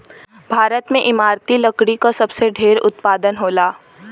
भारत में इमारती लकड़ी क सबसे ढेर उत्पादन होला